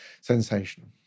sensational